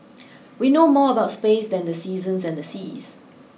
we know more about space than the seasons and the seas